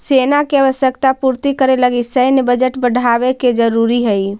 सेना के आवश्यकता पूर्ति करे लगी सैन्य बजट बढ़ावे के जरूरी हई